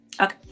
okay